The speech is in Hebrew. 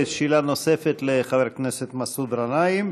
שאלה נוספת לחבר הכנסת מסעוד גנאים,